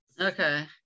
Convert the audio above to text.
Okay